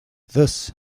thus